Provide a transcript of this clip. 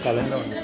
ॻाल्हाईंदा वञो